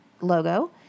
logo